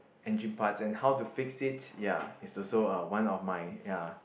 engine parts and how to fix it ya it's also uh one of my ya